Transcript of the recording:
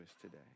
today